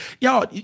Y'all